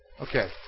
Okay